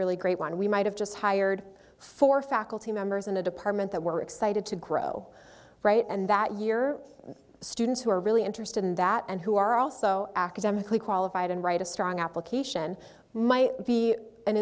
really great one we might have just hired for faculty members in a department that we're excited to grow right and that year students who are really interested in that and who are also academically qualified and write a strong application might be an